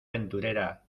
aventurera